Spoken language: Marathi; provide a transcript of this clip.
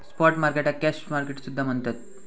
स्पॉट मार्केटाक कॅश मार्केट सुद्धा म्हणतत